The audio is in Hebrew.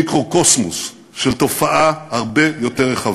מיקרוקוסמוס של תופעה הרבה יותר רחבה.